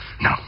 No